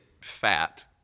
fat